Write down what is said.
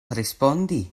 respondi